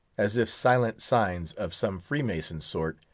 as if silent signs, of some freemason sort,